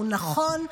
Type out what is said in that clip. והוא נכון,